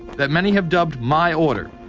that many have dubbed my order.